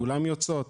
כולן יוצאות.